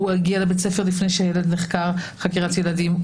הוא הגיע לבית הספר לפני שהילד נחקר חקירת ילדים.